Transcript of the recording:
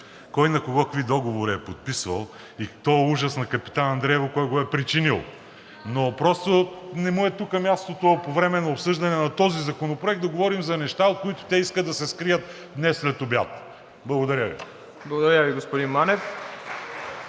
кой на кого какви договори е подписвал, и този ужас на Капитан Андреево кой го е причинил. Но просто не му е тук мястото по време на обсъждане на този законопроект да говорим за неща, от които те искат да се скрият днес следобед. Благодаря Ви. (Ръкопляскания